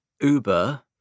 Uber